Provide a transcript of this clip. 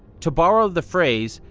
to borrow the phrase,